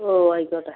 ആയിക്കോട്ടെ